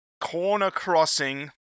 corner-crossing